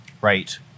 Right